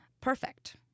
perfect